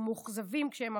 ומאוכזבים כשהם מפסידים,